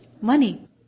money